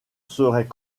serait